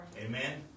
Amen